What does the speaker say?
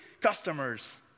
customers